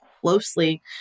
closely